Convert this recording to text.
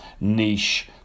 niche